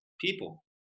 people